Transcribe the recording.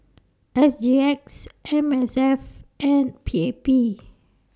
S G X M S F and P A P